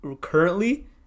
currently